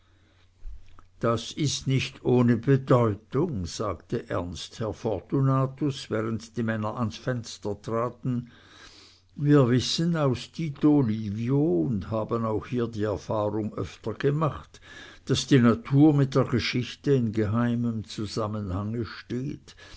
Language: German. das ist nicht ohne bedeutung sagte ernst herr fortunatus während die männer ans fenster traten wir wissen aus tito livio und haben auch hier die erfahrung öfter gemacht daß die natur mit der geschichte in geheimem zusammenhange steht